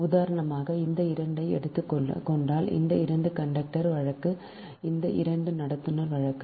உதாரணமாக இந்த 2 ஐ எடுத்துக் கொண்டால் இந்த 2 கண்டக்டர் வழக்கு இந்த 2 நடத்துனர் வழக்கு